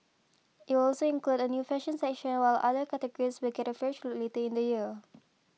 it will also include a new fashion section while other categories will get a fresh later in the year